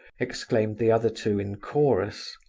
exclaimed the other two, in chorus.